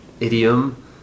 idiom